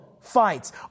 fights